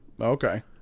Okay